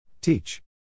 Teach